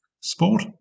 sport